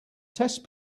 test